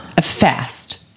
fast